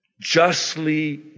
justly